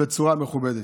בצורה מכובדת.